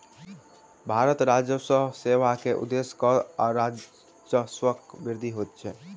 भारतीय राजस्व सेवा के उदेश्य कर आ राजस्वक वृद्धि होइत अछि